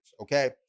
okay